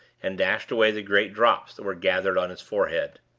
and dashed away the great drops that were gathering on his forehead.